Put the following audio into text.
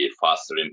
faster